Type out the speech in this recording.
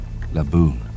Laboon